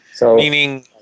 Meaning